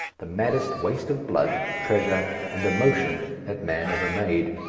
the maddest waste of blood, treasure, and emotion that man ever made.